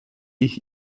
ich